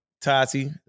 Tati